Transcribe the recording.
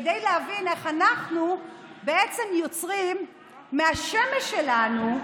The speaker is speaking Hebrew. כדי להבין איך אנחנו בעצם יוצרים מהשמש שלנו,